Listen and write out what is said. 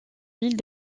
ville